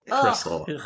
crystal